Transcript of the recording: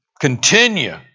continue